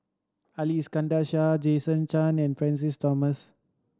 Ali Iskandar Shah Jason Chan and Francis Thomas